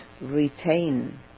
retain